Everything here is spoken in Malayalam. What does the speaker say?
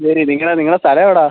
ശരി നിങ്ങളുടെ നിങ്ങളുടെ സ്ഥലം എവിടെയാണ്